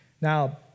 Now